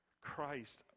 Christ